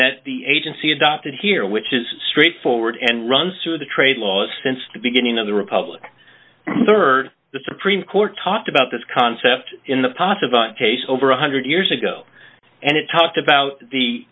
that the agency adopted here which is straightforward and run through the trade laws since the beginning of the republic rd the supreme court talked about this concept in the possible case over one hundred years ago and it talked about the